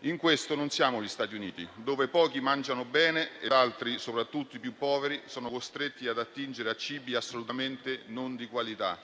In questo non siamo gli Stati Uniti, dove pochi mangiano bene ed altri, soprattutto i più poveri, sono costretti ad attingere a cibi assolutamente non di qualità,